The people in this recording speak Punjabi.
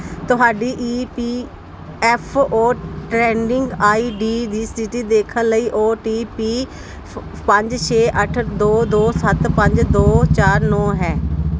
ਤੁਹਾਡੀ E P F O trending I D ਦੀ ਸਥਿਤੀ ਦੇਖਣ ਲਈ ਓ ਟੀ ਪੀ ਫ ਪੰਜ ਛੇ ਅੱਠ ਦੋ ਦੋ ਸੱਤ ਪੰਜ ਦੋ ਚਾਰ ਨੌਂ ਹੈ